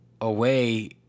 away